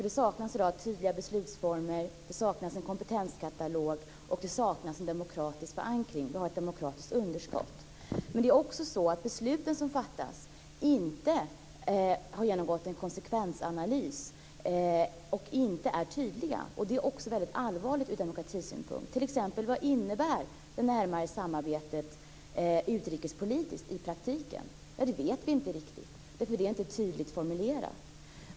Det saknas i dag tydliga beslutsformer, en kompetenskatalog och en demokratisk förankring. Det finns ett demokratiskt underskott. Men de beslut som fattas har inte föregåtts av någon konsekvensanalys. De är inte heller tydliga. Detta är också väldigt allvarligt från demokratisynpunkt. T.ex. vad innebär det närmare samarbetet utrikespolitiskt i praktiken? Ja, det vet i inte riktigt, för det är inte tydligt formulerat.